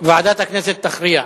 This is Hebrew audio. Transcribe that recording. ועדת הכנסת תחליט.